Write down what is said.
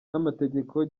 n’amategeko